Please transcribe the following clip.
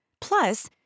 Plus